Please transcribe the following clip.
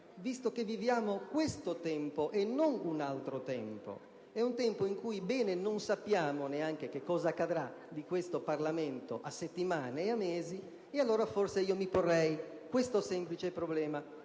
visto che viviamo questo tempo e non un altro. È un tempo in cui non sappiamo bene neanche cosa accadrà di questo Parlamento a settimane e a mesi. Forse, allora, mi porrei questo semplice problema.